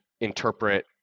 interpret